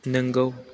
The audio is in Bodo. नोंगौ